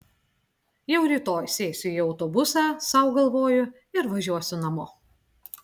jau rytoj sėsiu į autobusą sau galvoju ir važiuosiu namo